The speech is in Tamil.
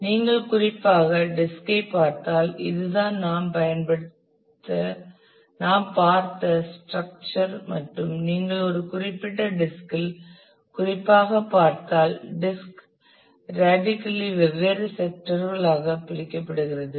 நீங்கள் குறிப்பாக டிஸ்க் ஐ பார்த்தால் இதுதான் நாம் பார்த்த ஸ்ட்ரக்சர் மற்றும் நீங்கள் ஒரு குறிப்பிட்ட டிஸ்கில் குறிப்பாகப் பார்த்தால் டிஸ்க் ராடிக்கலி வெவ்வேறு செக்டர்களாக பிரிக்கப்படுகிறது